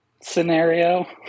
scenario